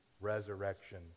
resurrection